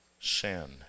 sin